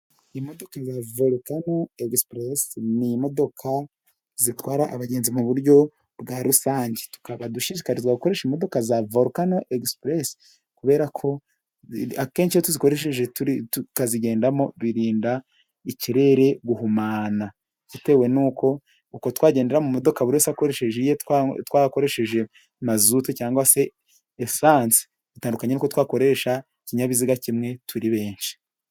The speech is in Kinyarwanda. Imodoka za vorukano esipesi n'imodoka zitwara abagenzi mu buryo bwa rusange, tukabadushikazwa gukoresha imodoka za vorukano esipesi kubera ko akenshi iyo tuzikoresheje turi tukazigendamo birinda ikirere guhumana, bitewe n'uko uko twagendera mu modoka buri wese akoresheje twakoresheje mazutu cyangwa cse esansi bitandukanye kuko twakoresha ikinyabiziga kimwe turi benshi.